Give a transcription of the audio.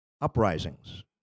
uprisings